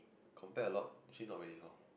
compare a lot actually not really loh